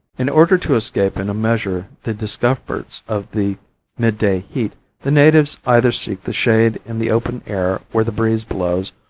in order to escape in a measure the discomforts of the midday heat the natives either seek the shade in the open air where the breeze blows,